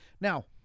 Now